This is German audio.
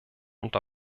und